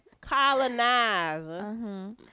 colonizer